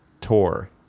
tour